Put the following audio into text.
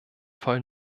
voll